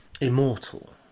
immortal